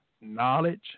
knowledge